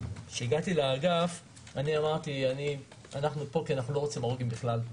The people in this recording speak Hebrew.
כשהגעתי לאגף אמרתי שאנחנו פה כי אנחנו לא רוצים הרוגים בכלל.